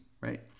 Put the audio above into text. right